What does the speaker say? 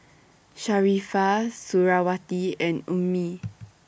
Sharifah Suriawati and Ummi